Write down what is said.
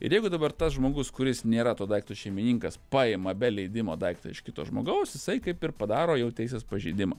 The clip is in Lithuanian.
ir jeigu dabar tas žmogus kuris nėra to daikto šeimininkas paima be leidimo daiktą iš kito žmogaus jisai kaip ir padaro jau teisės pažeidimą